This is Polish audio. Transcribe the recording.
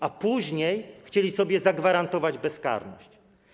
A później chcieli sobie zagwarantować bezkarność.